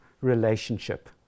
relationship